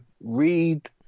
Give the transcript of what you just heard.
read